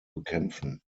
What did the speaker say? bekämpfen